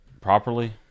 properly